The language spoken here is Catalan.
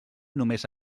només